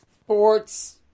Sports